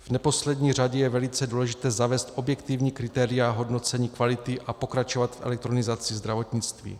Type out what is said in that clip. V neposlední řadě je velice důležité zavést objektivní kritéria hodnocení kvality a pokračovat v elektronizaci zdravotnictví.